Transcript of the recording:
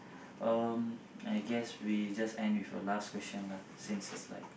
um I guess we just end with the last question lah since it's like